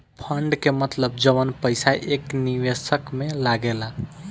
fund के मतलब जवन पईसा एक निवेशक में लागेला